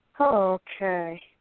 Okay